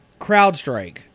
CrowdStrike